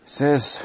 Says